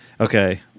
Okay